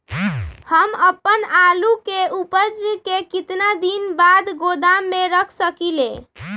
हम अपन आलू के ऊपज के केतना दिन बाद गोदाम में रख सकींले?